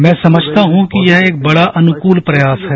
मैं समझता हूँ कि यह एक बड़ा अनुकूल प्रयास है